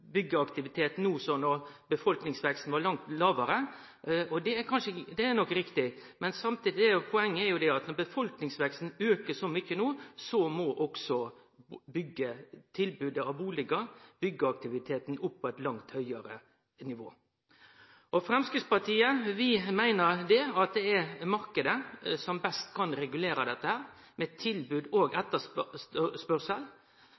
byggeaktivitet no som då befolkningsveksten var langt lågare. Det er nok riktig, men poenget er at når befolkningsveksten aukar så mykje som no, må også tilbodet av bustader og byggeaktiviteten opp på eit langt høgare nivå. Framstegspartiet meiner at det er marknaden som best kan regulere tilbod og